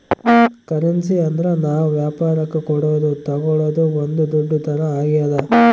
currency ಅಂದ್ರ ನಾವ್ ವ್ಯಾಪರಕ್ ಕೊಡೋದು ತಾಗೊಳೋದು ಒಂದ್ ದುಡ್ಡು ತರ ಆಗ್ಯಾದ